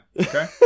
okay